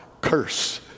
curse